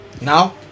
now